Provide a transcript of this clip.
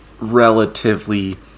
relatively